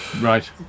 Right